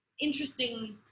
interesting